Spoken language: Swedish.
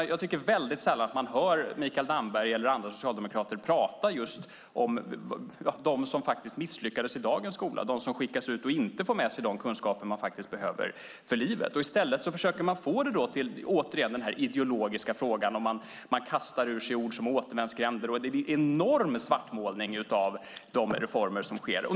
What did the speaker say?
Vi hör sällan Mikael Damberg eller andra socialdemokrater prata om dem som misslyckas i dagens skola, de som skickas ut och inte får med sig de kunskaper de behöver för livet. I stället försöker man få det till att bli den ideologiska frågan. Man kastar ur sig ord, till exempel återvändsgränder. Det blir en enorm svartmålning av reformerna.